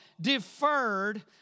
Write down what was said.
deferred